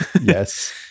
Yes